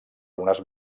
unes